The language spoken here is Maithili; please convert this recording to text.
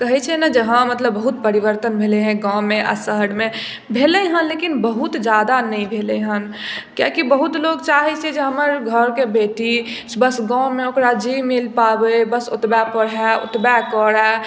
कहै छै ने जे हँ मतलब बहुत परिवर्तन भेलै हइ गाँवमे आ शहरमे भेलै हइ लेकिन बहुत जादा नहि भेलै हन किए कि बहुत लोक चाहै छै जे हमर घरके बेटी बस गाँवमे ओकरा जे मिल पाबै बस ओतबै पढ़ै ओतबै करै